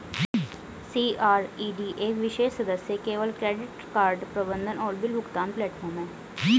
CRED एक विशेष सदस्य केवल क्रेडिट कार्ड प्रबंधन और बिल भुगतान प्लेटफ़ॉर्म है